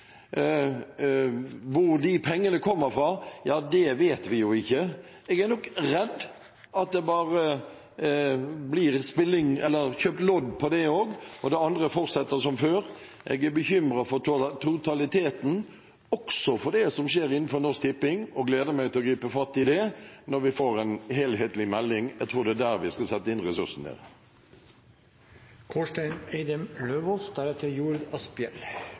Hvor de pengene kommer fra, vet vi ikke. Jeg er nok redd for at det bare blir kjøpt lodd for det også, og at det andre fortsetter som før. Jeg er bekymret for totaliteten, også for det som skjer innenfor Norsk Tipping, og gleder meg til å gripe fatt i det når vi får en helhetlig melding. Jeg tror det er der vi skal sette inn ressursene. Kårstein Eidem Løvaas